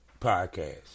podcast